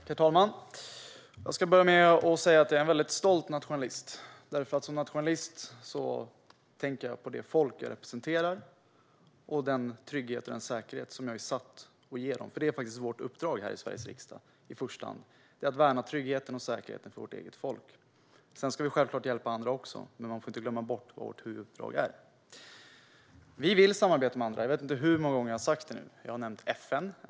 Herr talman! Jag ska börja med att säga att jag är en väldigt stolt nationalist, för som nationalist tänker jag på det folk jag representerar och den trygghet och den säkerhet som jag är satt att ge det. Det är faktiskt vårt uppdrag här i Sveriges riksdag - att i första hand värna tryggheten och säkerheten för vårt eget folk. Sedan ska vi självklart hjälpa andra också, men man får inte glömma bort vad vårt huvuduppdrag är. Vi vill samarbeta med andra. Jag vet inte hur många gånger jag har sagt det nu. Jag har nämnt FN.